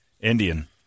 Indian